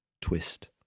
twist